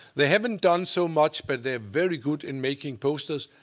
they haven't done so much, but they're very good in making posters.